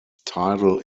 tidal